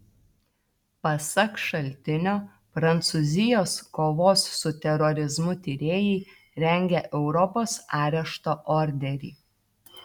pasak šaltinio prancūzijos kovos su terorizmu tyrėjai rengia europos arešto orderį